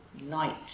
night